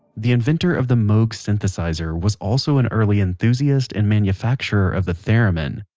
the inventor of the moog synthesizer was also an early enthusiast and manufacturer of the theremin.